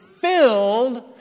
filled